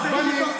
אז תגיד לי,